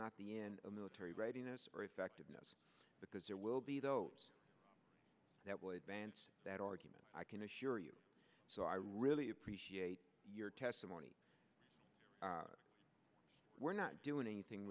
not the end of military readiness or effectiveness because there will be those that would ban that argument i can assure you so i really appreciate your testimony we're not doing anything